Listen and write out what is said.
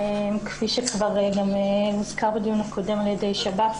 כפי שכבר הוזכר בדיון הקודם על ידי שב"ס,